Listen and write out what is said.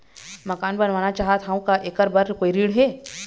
मकान बनवाना चाहत हाव, का ऐकर बर कोई ऋण हे?